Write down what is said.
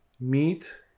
meat